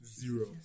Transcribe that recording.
Zero